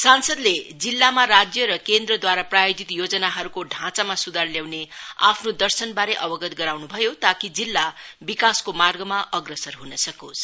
संसादले जिल्लामा राज्य र केन्द्रद्वारा प्रायोजित योजनाहरूको ढाँचामा सुधार ल्याउने आफ्नो दर्शनबारे अवगत गराउनु भयो ताकि जिल्ला विकासको मार्गमा अग्रसर हुन सकोस्